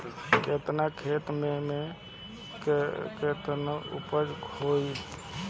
केतना खेत में में केतना उपज होई?